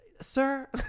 Sir